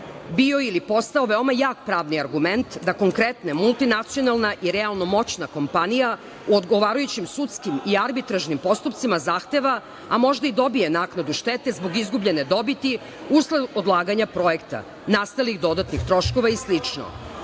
bio ili postao jak pravni argument da konkretne multinacionalna i realno moćna kompanija u odgovarajućim sudskim i arbitražnim postupcima zahteva, a možda i dobije naknadu štete zbog izgubljene dobiti usled odlaganja projekta, nastalih dodatnih troškova i